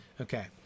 Okay